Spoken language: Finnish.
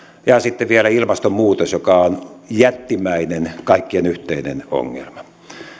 ja ja sitten on vielä ilmastonmuutos joka on jättimäinen kaikkien yhteinen ongelma